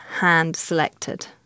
hand-selected